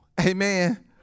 Amen